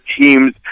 teams